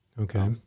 Okay